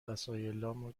وسایلامو